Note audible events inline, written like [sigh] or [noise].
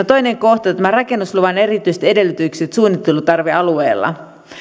[unintelligible] toinen kohta rakennusluvan erityiset edellytykset suunnittelutarvealueella